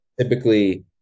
typically